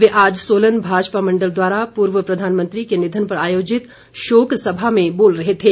वे आज सोलन माजपा मण्डल द्वारा पूर्व प्रधानमंत्री के निधन पर आयोजित शोक सभा में बोल रहे थे